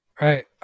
right